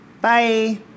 Bye